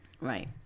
Right